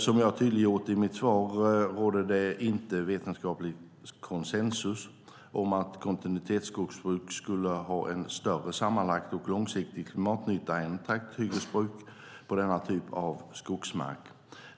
Som jag tydliggjort i mitt svar råder det inte vetenskaplig konsensus om att kontinuitetsskogsbruk skulle ha en större sammanlagd och långsiktig klimatnytta än trakthyggesbruk på denna typ av skogsmark.